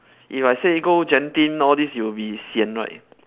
if I say go genting all this you'll be sian right